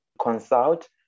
consult